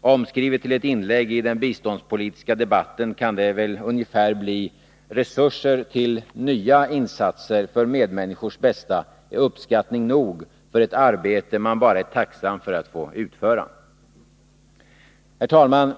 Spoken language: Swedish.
Omskrivet till ett inlägg i den biståndspolitiska debatten kan detta ungefär bli: Resurser till nya insatser för medmänniskors bästa är uppskattning nog för ett arbete som man bara är tacksam för att få utföra. Herr talman!